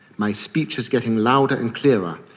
my speech is getting louder and clearer.